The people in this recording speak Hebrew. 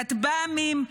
כטב"מים,